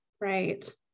right